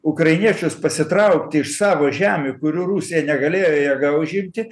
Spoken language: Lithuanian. ukrainiečius pasitraukti iš savo žemių kurių rusija negalėjo jėga užimti